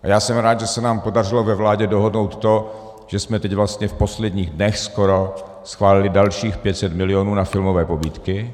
A já jsem rád, že se nám podařilo ve vládě dohodnout to, že jsme teď vlastně v posledních let skoro schválili dalších 500 mil. na filmové pobídky.